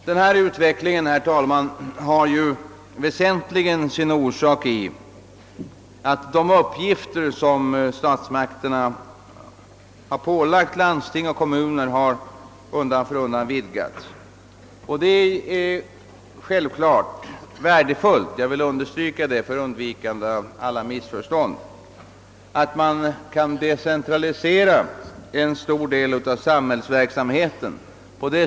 De väsentligaste orsakerna till denna utveckling är att de uppgifter som statsmakterna pålagt landsting och kommuner undan för undan har vidgats. Det är självfallet värdefullt — jag vill understryka detta för undvikande av alla missförstånd — att man kan decentralisera en stor del av samhällsverksamheten.